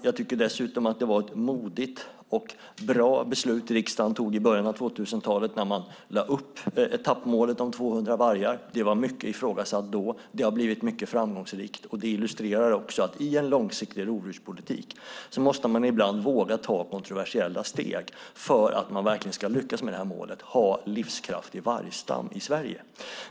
Jag tycker att det var ett modigt och bra beslut som riksdagen i början av 2000-talet fattade när man satte upp etappmålet om 200 vargar. Det var mycket ifrågasatt då, men det har blivit mycket framgångsrikt. Detta illustrerar att man i en långsiktig rovdjurspolitik ibland måste våga ta kontroversiella steg för att verkligen lyckas med målet om en livskraftig vargstam i Sverige.